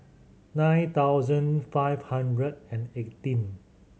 nine thousand five hundred and eighteen